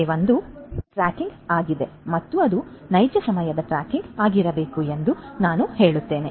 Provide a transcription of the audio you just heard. ಸಂಖ್ಯೆ 1 ಟ್ರ್ಯಾಕಿಂಗ್ ಆಗಿದೆ ಮತ್ತು ಇದು ನೈಜ ಸಮಯದ ಟ್ರ್ಯಾಕಿಂಗ್ ಆಗಿರಬೇಕು ಎಂದು ನಾನು ಹೇಳುತ್ತೇನೆ